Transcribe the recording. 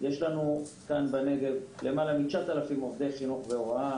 יש לנו בנגב למעלה מ-9,000 עובדי חינוך והוראה.